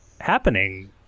happening